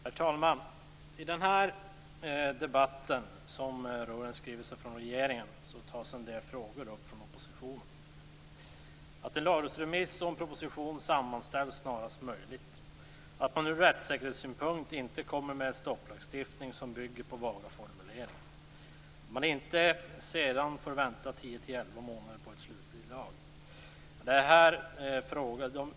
Herr talman! I denna debatt rörande en skrivelse från regeringen tas från oppositionen upp en del frågor. Man vill att en lagrådsremiss och en proposition utarbetas snarast möjligt. Man vill från rättssäkerhetssynpunkt inte se att det genomförs en stopplagstiftning som bygger på vaga formuleringar. Man vill sedan inte vänta tio till elva månader på slutbehandlingen av lagen.